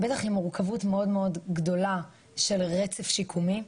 בטח עם מורכבות מאוד גדולה של רצף שיקומי.